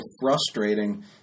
frustrating